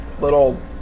little